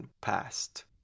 past